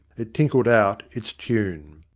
it tinkled out its tune.